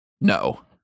No